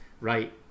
right